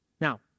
Now